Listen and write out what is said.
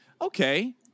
okay